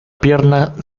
pierna